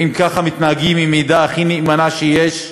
האם ככה מתנהגים עם העדה הכי נאמנה שיש?